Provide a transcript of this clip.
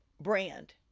brand